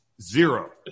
Zero